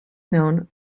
known